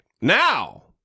Now